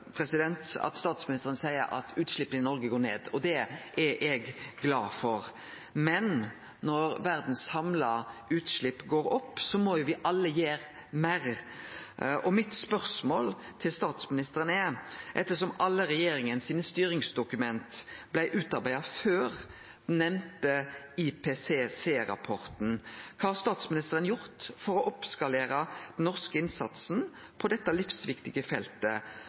i Noreg går ned, og det er eg glad for. Men når verdas samla utslepp går opp, må me alle gjere meir. Mitt spørsmål til statsministeren er: Ettersom alle styringsdokumenta til regjeringa blei utarbeidde før den nemnde IPCC-rapporten, kva har statsministeren gjort for å skalere opp den norske innsatsen på dette livsviktige feltet